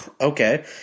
Okay